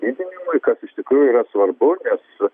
didinimui kas iš tikrųjų yra svarbu nes